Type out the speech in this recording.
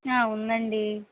ఆ ఉందండి